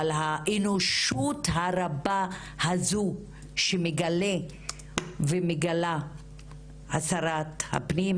אבל האנושיות הרבה הזו שמגלה שרת הפנים,